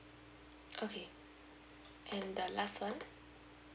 okay and the last one